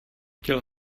tělo